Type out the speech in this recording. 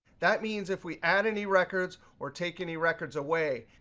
that means if we add any records or take any records away,